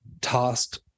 tossed